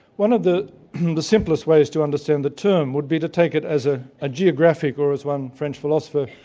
one of the the simplest ways to understand the term would be to take it as a ah geographic, or as one french philosopher,